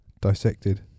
dissected